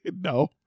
No